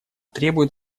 требует